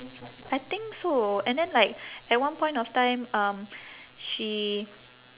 I think so and then like at one point of time um she